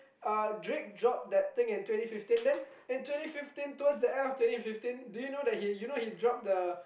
uh Drake dropped that thing in twenty fifteen then in twenty fifteen towards the end of twenty fifteen do you know he dropped the